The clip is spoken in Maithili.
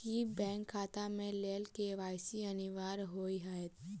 की बैंक खाता केँ लेल के.वाई.सी अनिवार्य होइ हएत?